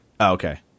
Okay